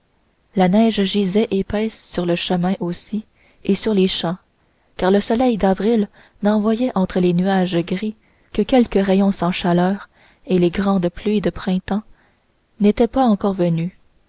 la neige gisait épaisse sur le chemin aussi et sur les champs car le soleil d'avril n'envoyait entre les nuages gris que quelques rayons sans chaleur et les grandes pluies de printemps n'étaient pas encore venues